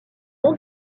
nom